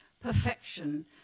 perfection